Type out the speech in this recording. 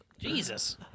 Jesus